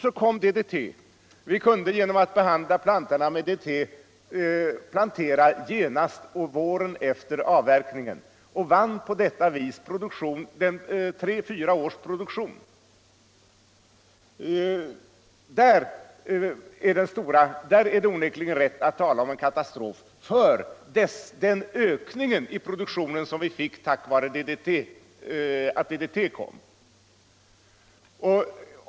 Så kom DDT. Vi kunde genom att behandla plantorna med DDT plantera genast på våren efter avverkningen och vann på detta vis tre fyra års produktion. Där är det onekligen rätt att tala om en katastrof beträffande den ökning i produktionen som vi fick tack vare att DDT kom.